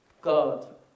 God